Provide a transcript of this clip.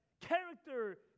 character